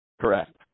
Correct